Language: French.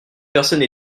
personne